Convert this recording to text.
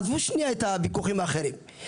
עזבו שנייה את הוויכוחים האחרים,